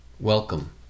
Welcome